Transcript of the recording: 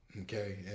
okay